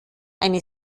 eine